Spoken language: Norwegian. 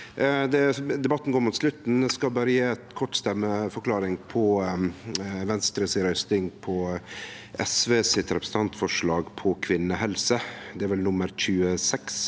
Debatten går mot slutten. Eg skal berre gje ei kort stemmeforklaring på Venstres røysting på SVs representantforslag om kvinnehelse. Det er vel nr. 26,